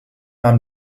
nahm